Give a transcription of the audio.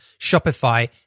Shopify